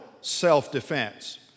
self-defense